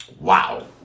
Wow